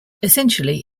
essentially